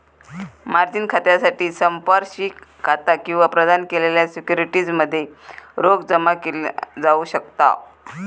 margin खात्यासाठी संपार्श्विक खाता किंवा प्रदान केलेल्या सिक्युरिटीज मध्ये रोख जमा केला जाऊ शकता